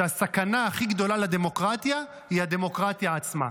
שהסכנה הכי גדולה לדמוקרטיה היא הדמוקרטיה עצמה.